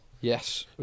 Yes